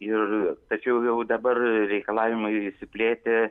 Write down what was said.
ir tačiau jau dabar reikalavimai išsiplėtę